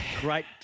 Great